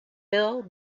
bill